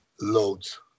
Loads